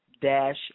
dash